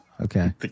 Okay